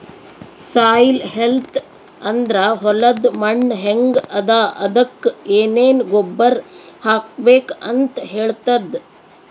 soil health ಅಂದ್ರ ಹೊಲದ್ ಮಣ್ಣ್ ಹೆಂಗ್ ಅದಾ ಅದಕ್ಕ್ ಏನೆನ್ ಗೊಬ್ಬರ್ ಹಾಕ್ಬೇಕ್ ಅಂತ್ ಹೇಳ್ತದ್